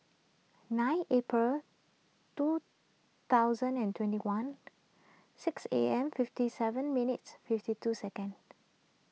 nine April two thousand and twenty one six A M fifty seven minutes fifty two second